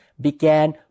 began